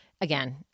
again